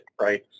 right